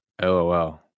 LOL